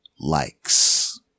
likes